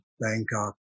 Bangkok